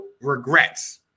Regrets